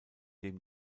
dem